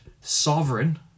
sovereign